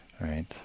right